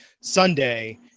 Sunday